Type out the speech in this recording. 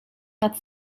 nad